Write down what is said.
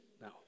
no